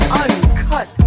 uncut